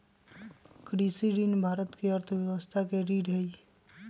कृषि ऋण भारत के अर्थव्यवस्था के रीढ़ हई